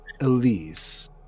Elise